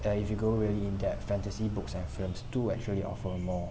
uh if you go really in depth fantasy books and films do actually offer more